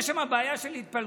יש שם בעיה של התפלגות,